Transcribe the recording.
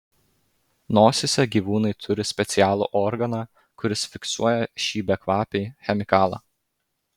nosyse gyvūnai turi specialų organą kuris fiksuoja šį bekvapį chemikalą